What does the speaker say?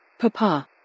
Papa